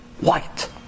White